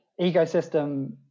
ecosystem